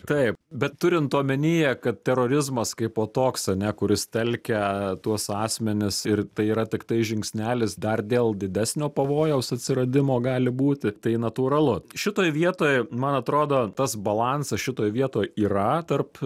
taip bet turint omenyje kad terorizmas kaipo toks ane kuris telkia tuos asmenis ir tai yra tiktai žingsnelis dar dėl didesnio pavojaus atsiradimo gali būti tai natūralu šitoj vietoj man atrodo tas balansas šitoj vietoj yra tarp